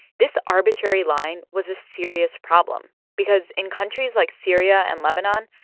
this arbitrary line was a serious problem. because in countries like syria and lebanon,